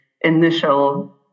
initial